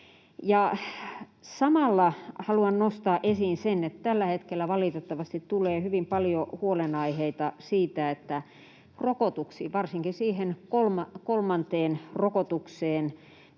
Samalla haluan nostaa esiin sen, että tällä hetkellä valitettavasti tulee hyvin paljon huolenaiheita siitä, että rokotuksiin, varsinkin siihen kolmanteen rokotukseen,